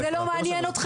זה מה שאני רוצה.